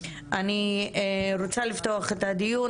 אני רוצה לפתוח את הדיון.